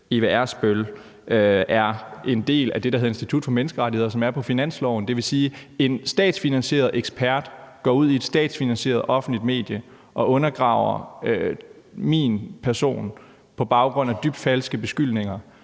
Eva Ersbøll, er en del af det, der hedder Institut for Menneskerettigheder, som er på finansloven. Det vil sige, at en statsfinansieret ekspert går ud i et statsfinansieret offentligt medie og undergraver min person på baggrund af dybt falske beskyldninger.